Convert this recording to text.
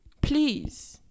please